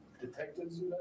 detectives